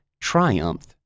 triumphed